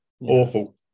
awful